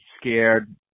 scared